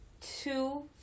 two